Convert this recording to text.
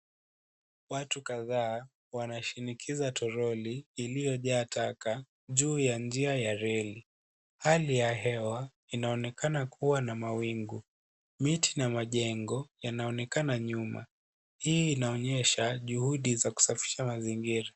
Watu kadhaa wanashinikiza troli iliyojaa taka juu ya njia ya reli. Hali ya hewa inaonekana kuwa na mawingu. Miti na majengo yanaonekana nyuma. Hii inaonyesha juhudi za kusafisha mazingira.